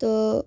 تہٕ